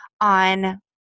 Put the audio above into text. on